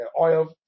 oil